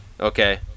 Okay